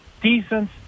decent